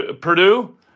Purdue